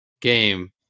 game